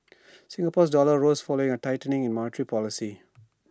Singapore's dollar rose following A tightening in monetary policy